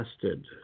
tested